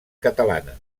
catalana